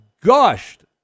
gushed